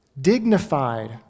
dignified